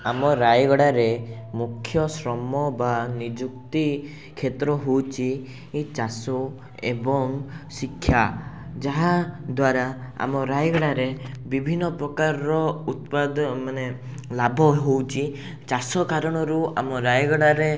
ଆମ ରାୟଗଡ଼ାରେ ମୁଖ୍ୟ ଶ୍ରମ ବା ନିଯୁକ୍ତି କ୍ଷେତ୍ର ହେଉଛି ଏହି ଚାଷ ଏବଂ ଶିକ୍ଷା ଯାହାଦ୍ୱାରା ଆମ ରାୟଗଡ଼ାରେ ବିଭିନ୍ନପ୍ରକାର ଉତ୍ପାଦ ମାନେ ଲାଭ ହେଉଛି ଚାଷ କାରଣରୁ ଆମ ରାୟଗଡ଼ାରେ